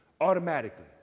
automatically